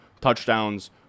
touchdowns